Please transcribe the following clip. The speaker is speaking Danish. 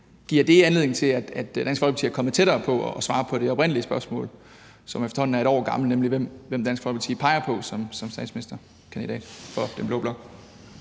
politik – anledning til, at Dansk Folkeparti er kommet tættere på at kunne svare på det oprindelige spørgsmål, som efterhånden er et år gammelt, nemlig hvem Dansk Folkeparti peger på som statsministerkandidat for den blå blok?